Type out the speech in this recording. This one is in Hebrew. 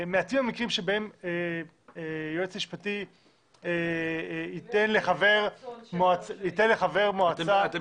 מעטים המקרים בהם יועץ משפטי ייתן לחבר מועצה --- אתם